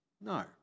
No